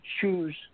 choose